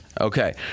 Okay